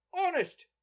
Honest